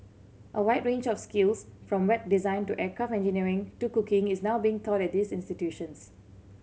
a wide range of skills from Web design to aircraft engineering to cooking is now being taught at these institutions